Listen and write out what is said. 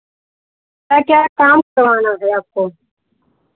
क्या क्या काम कराना है आपको